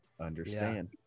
understand